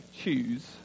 choose